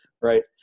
right